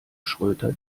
schröter